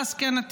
)